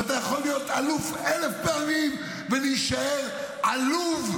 ואתה יכול להיות אלוף אלף פעמים ולהישאר עלוב,